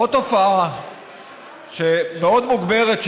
עוד תופעה מאוד מוגברת,